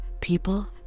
people